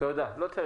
תודה.